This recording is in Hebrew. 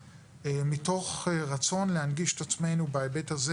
מתוך רצון להנגיש את עצמנו בהיבט הזה